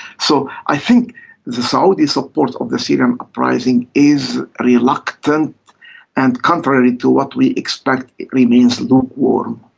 so i think the saudi support of the syrian uprising is reluctant and, contrary to what we expect, it remains lukewarm.